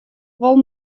wol